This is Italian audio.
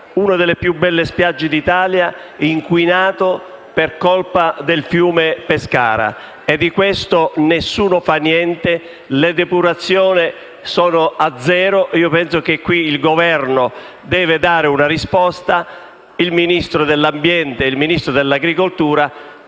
una delle più belle spiagge d'Italia, inquinato per colpa del fiume Pescara. Di fronte a ciò nessuno fa niente, le depurazioni sono a zero. Penso che il Governo debba dare una risposta. I Ministri dell'ambiente e dell'agricoltura